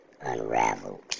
unraveled